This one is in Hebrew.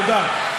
תודה.